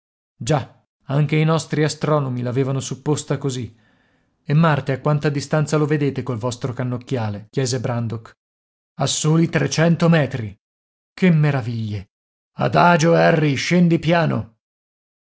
già anche i nostri astronomi l'avevano supposta così e marte a quanta distanza lo vedete col vostro cannocchiale chiese brandok a soli trecento metri che meraviglie adagio harry scendi piano